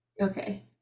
Okay